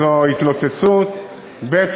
זו התלוצצות, ב.